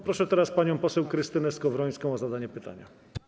Proszę teraz panią poseł Krystynę Skowrońską o zadanie pytania.